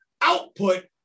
output